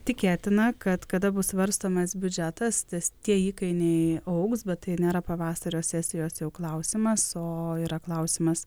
tikėtina kad kada bus svarstomas biudžetas tas tie įkainiai augs bet tai nėra pavasario sesijos jau klausimas o yra klausimas